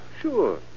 Sure